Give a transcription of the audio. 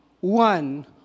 one